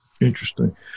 Interesting